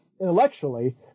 intellectually